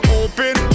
open